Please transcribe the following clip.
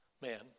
man